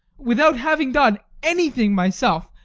without having done anything myself,